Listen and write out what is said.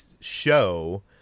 show